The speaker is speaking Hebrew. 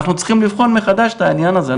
אנחנו צריכים לבחון מחדש את העניין הזה.